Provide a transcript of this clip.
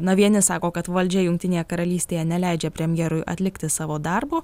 na vieni sako kad valdžia jungtinėje karalystėje neleidžia premjerui atlikti savo darbo